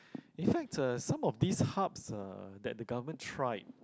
in fact uh some of this hubs uh that the government tried